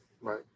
right